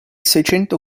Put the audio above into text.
seicento